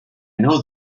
know